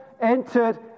entered